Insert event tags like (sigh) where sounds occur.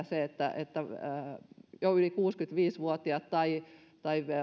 (unintelligible) se että että myös yli kuusikymmentäviisi vuotiaat tai tai